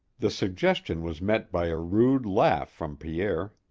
the suggestion was met by a rude laugh from pierre.